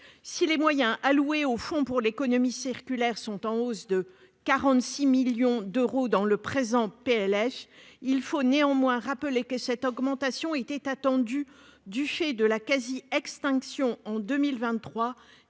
Si les moyens alloués au fonds économie circulaire sont en hausse de 46 millions d'euros dans le présent PLF, il faut néanmoins rappeler que cette augmentation était attendue, du fait de la quasi-extinction en 2023